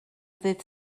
ddydd